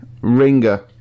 Ringer